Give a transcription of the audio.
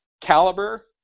caliber